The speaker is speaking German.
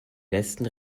letzten